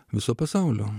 viso pasaulio